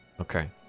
Okay